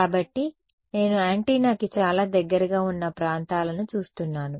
కాబట్టి నేను యాంటెన్నా కి చాలా దగ్గరగా ఉన్న ప్రాంతాలను చూస్తున్నాను